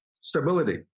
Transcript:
stability